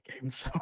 games